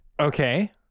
Okay